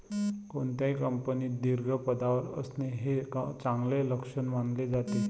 कोणत्याही कंपनीत दीर्घ पदावर असणे हे चांगले लक्षण मानले जाते